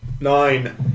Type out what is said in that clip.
Nine